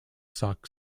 stock